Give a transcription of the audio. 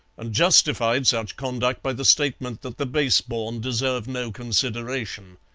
and justified such conduct by the statement that the base-born deserve no consideration.